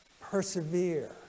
Persevere